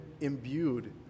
imbued